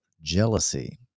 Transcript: jealousy